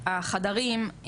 החדרים,